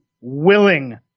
willing